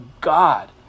God